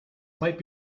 might